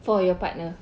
for your partner